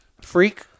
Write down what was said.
freak